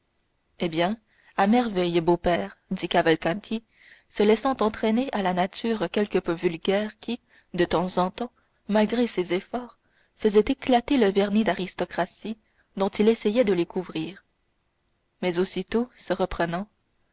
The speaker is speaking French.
eh bien à merveille beau-père dit cavalcanti se laissant entraîner à la nature quelque peu vulgaire qui de temps en temps malgré ses efforts faisait éclater le vernis d'aristocratie dont il essayait de les couvrir mais aussitôt se reprenant